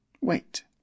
wait